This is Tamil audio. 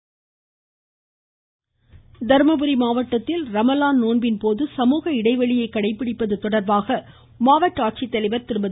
ம்ம்ம்ம்ம் இருவரி தர்மபுரி மாவட்டத்தில் ரமலான் நோன்பின்போது சமூக இடைவெளியை கடைபிடிப்பது தொடா்பாக மாவட்ட ஆட்சித்தலைவா் திருமதி